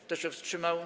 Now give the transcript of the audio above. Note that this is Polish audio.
Kto się wstrzymał?